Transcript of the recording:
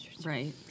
Right